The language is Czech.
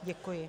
Děkuji.